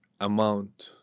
amount